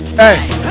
hey